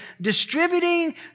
distributing